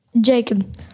Jacob